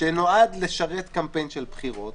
שנועד לשרת קמפיין של בחירות